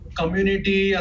community